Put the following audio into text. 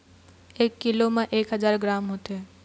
एक कीलो म एक हजार ग्राम होथे